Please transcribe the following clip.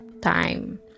time